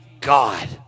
God